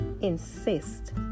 insist